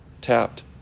tapped